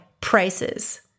prices